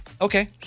Okay